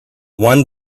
one